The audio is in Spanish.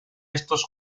estos